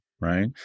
right